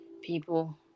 people